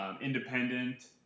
independent